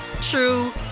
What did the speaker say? true